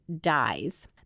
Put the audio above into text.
dies